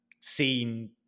seen